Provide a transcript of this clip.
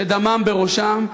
שדמם בראשם.